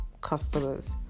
customers